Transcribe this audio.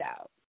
out